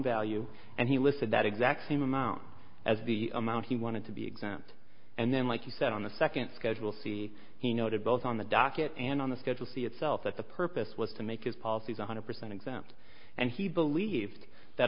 value and he listed that exact same amount as the amount he wanted to be exempt and then like you said on the second schedule c he noted both on the docket and on the schedule c itself that the purpose was to make his policies one hundred percent exempt and he believed that